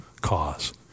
cause